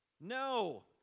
No